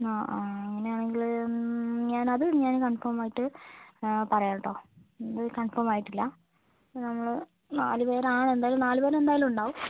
ആ ആ അങ്ങനെയാണെങ്കിൽ ഞാൻ അത് ഞാൻ കൺഫോം ആയിട്ട് പറയാം കേട്ടോ അത് കൺഫോം ആയിട്ടില്ല നമ്മൾ നാല് പേരാണ് എന്തായാലും നാല് പേരെന്തായാലും ഉണ്ടാവും